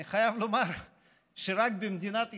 אני חייב לומר לך שרק במדינת ישראל,